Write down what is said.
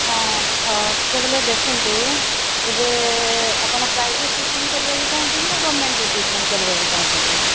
ହଁ ଖର୍ଚ୍ଚ ବୋଲେ ଦେଖନ୍ତୁ ଏବେ ଆପଣ ପ୍ରାଇଭେଟ୍ ଟ୍ରିଟମେଣ୍ଟ୍ କରିବାକୁ ଚାହୁଁଛନ୍ତି ନାଁ ଗଭର୍ଣ୍ଣମେଣ୍ଟ୍ରେ ଟ୍ରିଟମେଣ୍ଟ୍ କରିବାକୁ ଚାହୁଁଛନ୍ତି